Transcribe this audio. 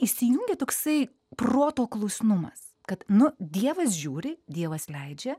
įsijungė toksai proto klusnumas kad nu dievas žiūri dievas leidžia